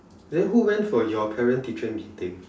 then who went for your parent teacher meeting